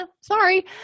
Sorry